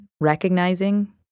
recognizing